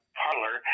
parlor